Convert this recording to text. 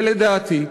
ולדעתי,